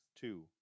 Two